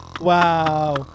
Wow